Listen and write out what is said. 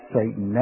Satan